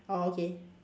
orh okay